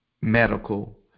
medical